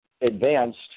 advanced